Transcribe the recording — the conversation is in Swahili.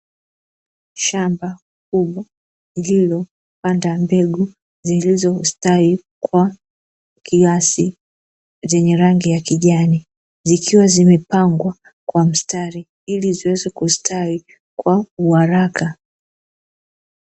Shamba kubwa lililopanda mbegu zilizostawi kwa kiasi zenye rangi ya kijani zikiwa zimepangwa kwa mstari ili ziweze kustawi kwa uharaka.